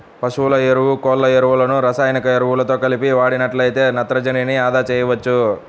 పశువుల ఎరువు, కోళ్ళ ఎరువులను రసాయనిక ఎరువులతో కలిపి వాడినట్లయితే నత్రజనిని అదా చేయవచ్చు